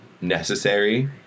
necessary